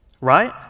right